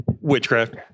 Witchcraft